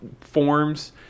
forms